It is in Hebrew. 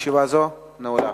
פניות לפקחי